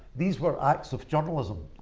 these were acts of journalism.